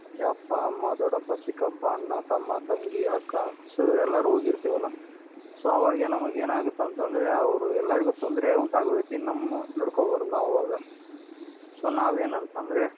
ಅಪ್ಪ ಅಮ್ಮ ದೊಡಪ್ಪ ಚಿಕ್ಕಪ್ಪ ಅಣ್ಣ ತಮ್ಮ ತಂಗಿ ಅಕ್ಕ ಸೊ ಇವ್ರೆಲ್ಲರೂ ಹೋಗಿರ್ತೀವಲ್ಲ ಸೊ ಆವಾಗೆ ನಮಗೆ ಏನಾಗುತ್ತೆ ಅಂತ ಅಂದ್ರೆ ಅವರು ಎಲ್ಲರಿಗೂ ತೊಂದರೆ ಉಂಟಾಗೋ ರೀತಿ ನಮ್ಮ ನಡ್ಕೊಳ್ಬಾರ್ದು ನಾವು ಆವಾಗ ಸೊ ನಾವು ಏನಂತ ಅಂದ್ರೆ